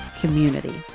community